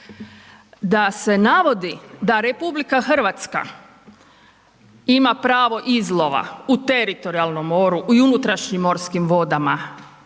da se navodi da RH ima pravo izlova u teritorijalnom moru i u unutrašnjim morskim vodama RH, a da